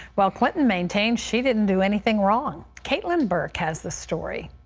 while clinton maintains she didn't do anything wrong. caitlin burke has the story.